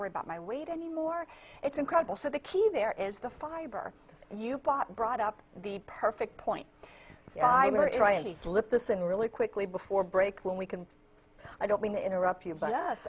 worry about my weight anymore it's incredible so the key there is the fiber you bought brought up the perfect point the slip this in really quickly before break when we can i don't mean to interrupt you but